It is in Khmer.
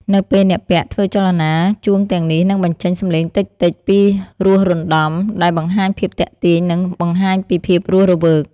នៅពេលអ្នកពាក់ធ្វើចលនា ជួងទាំងនេះនឹងបញ្ចេញ សំឡេងតិចៗពីរោះរណ្តំ ដែលបន្ថែមភាពទាក់ទាញ និងបង្ហាញពីភាពរស់រវើក។